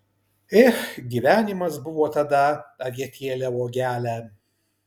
ech gyvenimas buvo tada avietėle uogele